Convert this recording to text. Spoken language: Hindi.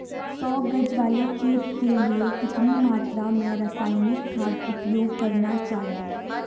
सौ गज वाले खेत के लिए कितनी मात्रा में रासायनिक खाद उपयोग करना चाहिए?